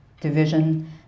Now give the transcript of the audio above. division